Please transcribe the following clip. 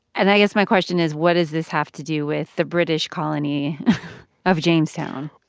and i guess my question is, what does this have to do with the british colony of jamestown?